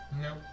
No